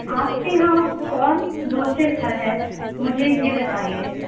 آپ کے یہاں کون دوسرے پھل ہیں مجھے یہ بتائیے